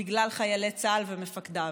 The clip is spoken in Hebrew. בגלל חיילי צה"ל ומפקדיו.